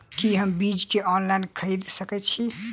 की हम बीज केँ ऑनलाइन खरीदै सकैत छी?